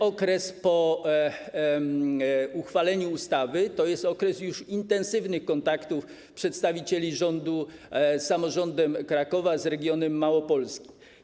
Okres po uchwaleniu ustawy to jest okres już intensywnych kontaktów przedstawicieli rządu z samorządem Krakowa, z regionem Małopolski.